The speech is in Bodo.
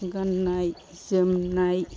गाननाय जोमनाय